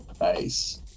Nice